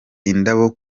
indabo